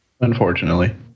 Unfortunately